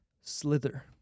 Slither